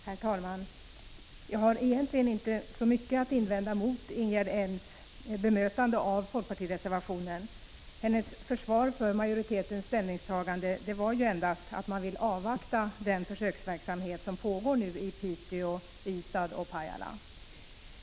Herr talman! Jag har egentligen inte så mycket nytt att tillägga när det gäller Ingegerd Elms bemötande av folkpartireservationen. Hennes försvar för majoritetens ställningstagande var ju endast att man vill avvakta den försöksverksamhet som pågår i Piteå, Ystad och Pajala.